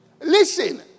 Listen